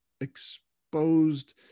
exposed